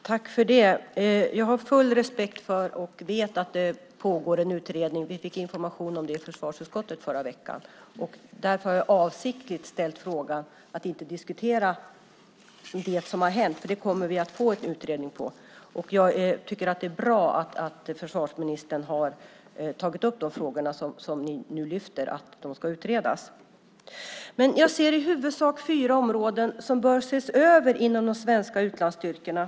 Herr talman! Jag har full respekt för och vet att det pågår en utredning. Vi fick information om det i försvarsutskottet i förra veckan. Därför har jag avsiktligt ställt frågan så att vi inte ska diskutera det som har hänt. Vi kommer att få en utredning. Det är bra att försvarsministern har tagit med att dessa frågor ska utredas. Jag ser i huvudsak fyra områden som bör ses över inom de svenska utlandsstyrkorna.